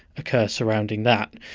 occur surrounding that.